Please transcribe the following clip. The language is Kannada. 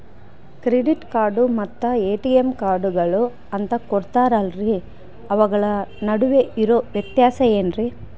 ಕ್ರೆಡಿಟ್ ಕಾರ್ಡ್ ಮತ್ತ ಎ.ಟಿ.ಎಂ ಕಾರ್ಡುಗಳು ಅಂತಾ ಕೊಡುತ್ತಾರಲ್ರಿ ಅವುಗಳ ನಡುವೆ ಇರೋ ವ್ಯತ್ಯಾಸ ಏನ್ರಿ?